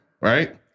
Right